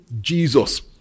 Jesus